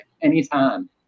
anytime